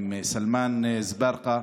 סלמאן אזברגה